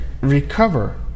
recover